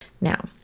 Now